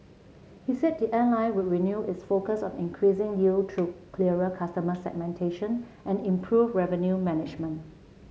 he said the airline would renew its focus on increasing yield through clearer customer segmentation and improved revenue management